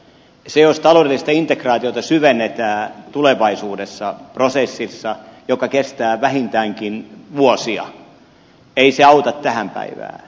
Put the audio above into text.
se jos taloudellista integraatiota syvennetään tulevaisuudessa prosessissa joka kestää vähintäänkin vuosia ei se auta tähän päivään